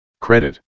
Credit